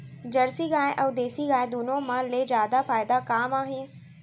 Jersey गाय अऊ देसी गाय दूनो मा ले जादा फायदा का मा हे?